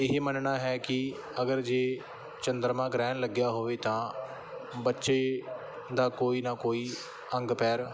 ਇਹ ਮੰਨਣਾ ਹੈ ਕਿ ਅਗਰ ਜੇ ਚੰਦਰਮਾ ਗ੍ਰਹਿਣ ਲੱਗਿਆ ਹੋਵੇ ਤਾਂ ਬੱਚੇ ਦਾ ਕੋਈ ਨਾ ਕੋਈ ਅੰਗ ਪੈਰ